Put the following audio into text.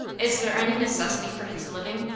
is there any necessity for his living?